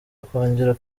ukongera